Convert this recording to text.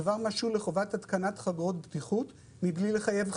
הדבר משול לחובת התקנת חגורות בטיחות מבלי לחייב חגירה,